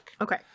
Okay